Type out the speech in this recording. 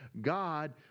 God